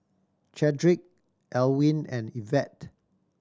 Chadrick Elwyn and Ivette